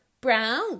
Brown